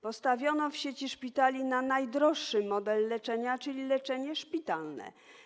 Postawiono w sieci szpitali na najdroższy model leczenia, czyli leczenie szpitalne.